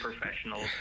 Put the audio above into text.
professionals